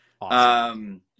Awesome